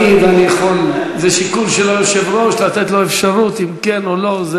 זה שיקול של היושב-ראש אם לתת לו אפשרות כן או לא.